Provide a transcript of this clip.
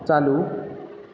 चालू